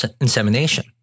insemination